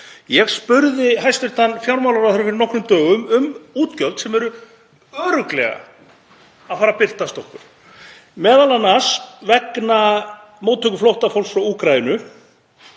Ég spurði hæstv. fjármálaráðherra fyrir nokkrum dögum um útgjöld sem eru örugglega að fara að birtast okkur, m.a. vegna móttöku flóttafólks frá Úkraínu.